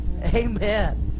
Amen